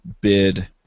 bid